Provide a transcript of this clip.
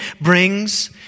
brings